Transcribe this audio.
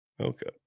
Okay